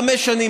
חמש שנים,